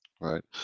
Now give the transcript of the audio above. right